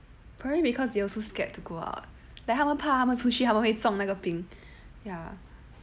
probably because they also scared to go out like 他们怕他们出去他们会重那个病 ya